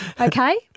Okay